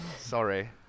sorry